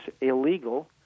illegal